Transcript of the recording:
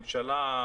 של הממשלה,